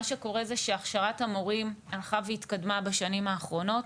מה שקורה זה שהכשרת המורים הלכה והתקדמה בשנים האחרונות,